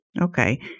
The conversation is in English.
Okay